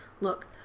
look